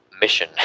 mission